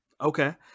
okay